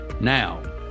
Now